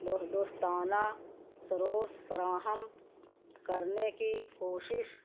دوستانہ سروس فراہم کرنے کی کوشش